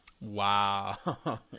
wow